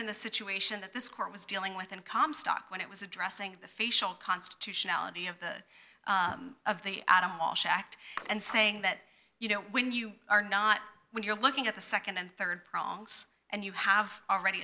the situation that this court was dealing with and comstock when it was addressing the facial constitutionality of the of the adam walsh act and saying that you know when you are not when you're looking at the nd and rd process and you have already